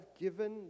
given